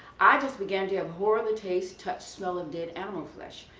i just began to have horrible taste touch smell of dead animal flesh.